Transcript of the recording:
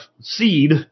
seed